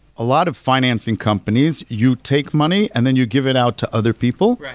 a lot of financing companies, you take money and then you give it out to other people.